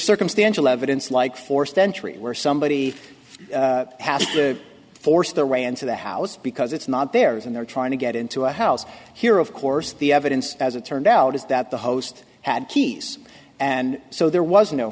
circumstantial evidence like forced entry where somebody has to force their way into the house because it's not theirs and they're trying to get into a house here of course the evidence as it turned out is that the host had keys and so there was no